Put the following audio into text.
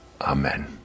Amen